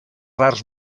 rars